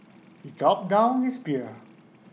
he gulped down his beer